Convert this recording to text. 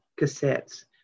cassettes